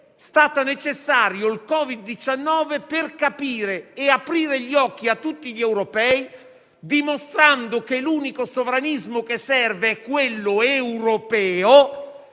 stato necessario il Covid-19 per capire ed aprire gli occhi a tutti gli europei, dimostrando che l'unico sovranismo che serve è quello europeo